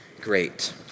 great